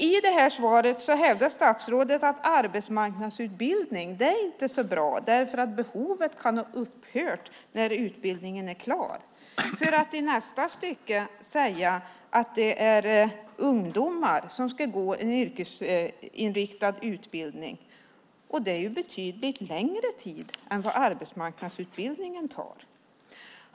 I svaret hävdar statsrådet att arbetsmarknadsutbildning inte är så bra därför att behovet kan ha upphört när utbildningen är klar för att i nästa stycke säga att det är ungdomar som ska gå en yrkesinriktad utbildning. Det tar betydligt längre tid än vad arbetsmarknadsutbildningen tar.